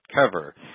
cover